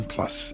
Plus